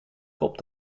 kop